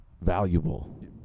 valuable